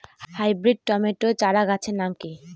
Hybrid tomato চারাগাছের নাম কি?